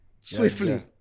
swiftly